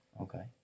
Okay